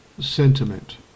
sentiment